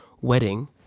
wedding